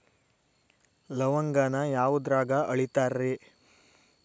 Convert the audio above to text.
ಲವಂಗಾನ ಯಾವುದ್ರಾಗ ಅಳಿತಾರ್ ರೇ?